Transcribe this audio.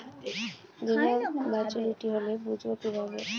বীমা মাচুরিটি হলে বুঝবো কিভাবে?